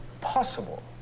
possible